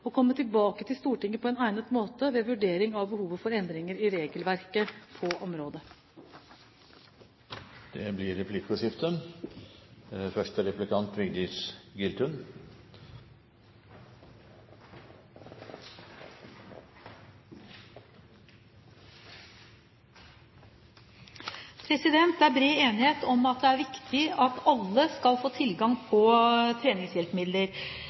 komme tilbake til Stortinget på egnet måte med en vurdering av behovet for endringer i regelverket på området. Det blir replikkordskifte. Det er bred enighet om at det er viktig at alle skal få tilgang